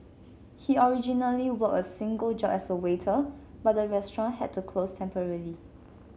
he originally worked a single job as a waiter but the restaurant had to close temporarily